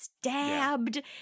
stabbed